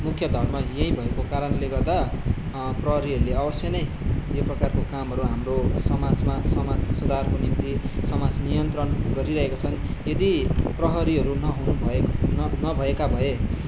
मुख्य धर्म यही भएको कारणले गर्दा प्रहरीहरूले अवश्य नै यो प्रकारको कामहरू हाम्रो समाजमा समाज सुधारको निम्ति समाज नियन्त्रन गरिरहेका छन् यदि प्रहरीहरू नहुनु भएका नभएका भए